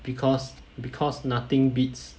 because because nothing beats